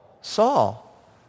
Saul